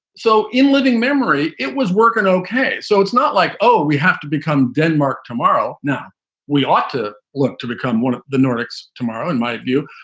so in living memory it was working. ok, so it's not like, oh, we have to become denmark tomorrow. now we ought to look to become one of the nordics tomorrow, in my view.